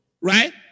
right